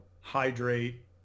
hydrate